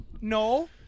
No